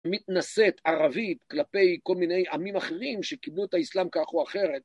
מתנשאת ערבית כלפי כל מיני עמים אחרים שקיבלו את האסלאם ככה או אחרת.